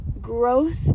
Growth